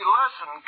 listen